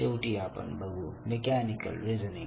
शेवटी आपण बघू मेक्यानिकल रीजनिंग